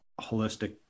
holistic